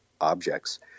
objects